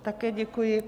Také děkuji.